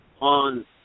on